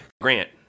Grant